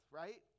right